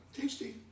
Tasty